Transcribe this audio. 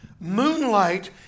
moonlight